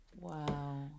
Wow